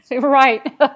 Right